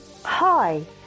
Hi